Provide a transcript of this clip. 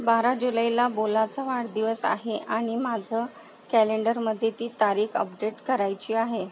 बारा जुलैला बोलाचा वाढदिवस आहे आणि माझं कॅलेंडरमध्ये ती तारीख अपडेट करायची आहे